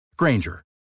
Granger